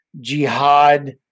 jihad